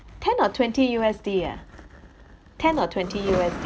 ten or twenty U_S_D ah ten or twenty U_S_D